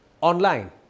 online